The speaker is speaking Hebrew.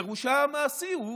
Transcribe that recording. פירושה המעשי הוא